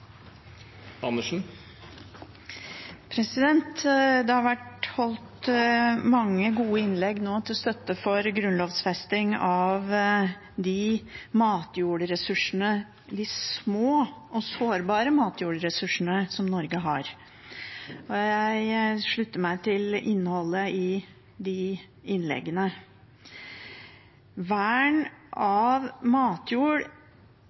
forslag. Det har vært holdt mange gode innlegg i dag til støtte for grunnlovfesting av de små og sårbare matjordressursene som Norge har, og jeg slutter meg til innholdet i de innleggene. Vern av matjord